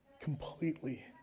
completely